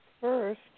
first